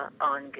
on